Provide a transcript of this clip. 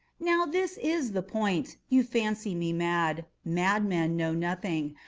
now this is the point. you fancy me mad. madmen know nothing.